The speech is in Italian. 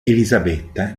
elisabetta